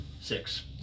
Six